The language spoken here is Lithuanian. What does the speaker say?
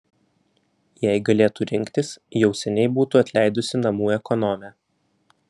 jei galėtų rinktis jau seniai būtų atleidusi namų ekonomę